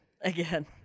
Again